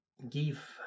Give